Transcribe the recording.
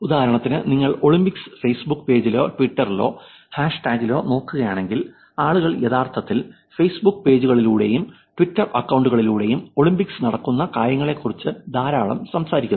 ഉദാഹരണത്തിന് നിങ്ങൾ Olympics Facebook പേജിലോ ട്വിറ്ററിലോ ഹാഷ്ടാഗിലോ നോക്കുകയാണെങ്കിൽ ആളുകൾ യഥാർത്ഥത്തിൽ ഫേസ്ബുക്ക് പേജുകളിലൂടെയും ട്വിറ്റർ അക്കൌണ്ടുകളിലൂടെയും ഒളിമ്പിക്സിൽ നടക്കുന്ന കാര്യങ്ങളെക്കുറിച്ച് ധാരാളം സംസാരിക്കുന്നു